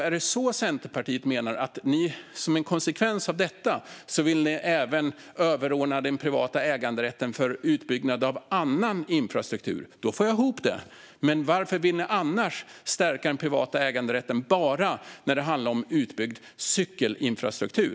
Är det så Centerpartiet menar? Vill man som en konsekvens av detta göra den privata äganderätten överordnad utbyggnad även av annan infrastruktur? I så fall får jag ihop det. Men varför vill man annars stärka den privata äganderätten bara när det handlar om utbyggd cykelinfrastruktur?